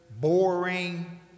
boring